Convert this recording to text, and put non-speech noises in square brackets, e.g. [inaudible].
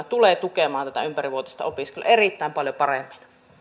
[unintelligible] tulee tukemaan tätä ympärivuotista opiskelua erittäin paljon paremmin